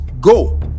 Go